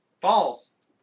False